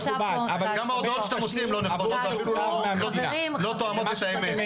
גם ההודעות שאתה מוציא הם לא נכונות והם לא תואמות את האמת,